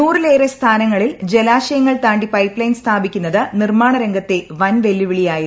നൂറിലേറെ സ്ഥാനങ്ങളിൽ ജലാശയങ്ങൾ താണ്ടി പൈപ്പ്ലൈൻ സ്ഥാപിക്കുന്നത് നിർമ്മാണ രംഗത്തെ വൻ വെല്ലുവിളിയായിരുന്നു